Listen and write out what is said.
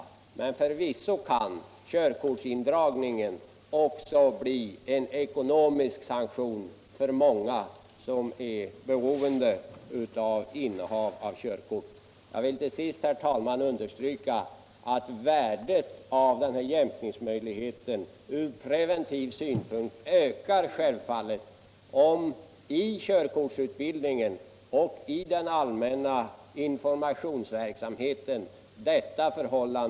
Men förvisso kan körkortsindragningen också bli en ekonomisk sanktion för många som är beroende av innehav av körkort. Jag vill till sist, herr talman, understryka att värdet av denna jämk-- ningsmöjlighet ur preventiv synpunkt självfallet ökar om den blir särskilt uppmärksammad i körkortsutbildningen och i den allmänna informationsverksamheten.